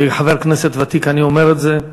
כחבר כנסת ותיק אני אומר את זה: